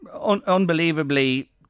unbelievably